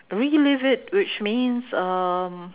relive it which means um